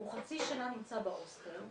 הוא חצי שנה נמצא בהוסטל,